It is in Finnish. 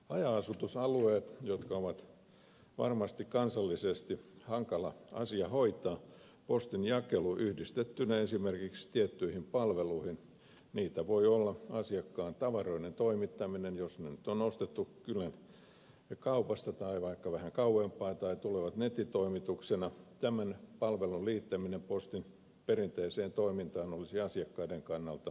haja asutusalueilla jotka ovat varmasti kansallisesti hankala asia hoitaa postinjakelu yhdistettynä esimerkiksi tiettyihin palveluihin joita voi olla asiakkaan tavaroiden toimittaminen jos ne nyt on ostettu kylän kaupasta tai vaikka vähän kauempaa tai tulevat nettitoimituksena tämmöisen palvelun liittäminen postin perinteiseen toimintaan olisi asiakkaiden kannalta merkittävä etu